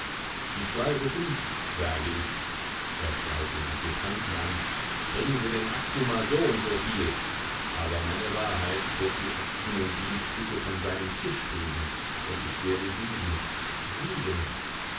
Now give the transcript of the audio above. die schwalbe fliegt sage ich er schreit den adjutanten an bringen sie den akt nr so und soviel aber meine wahrheit wird die akten und dienststücke von seinem tisch fegen und ich werde siegen siegen